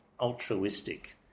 altruistic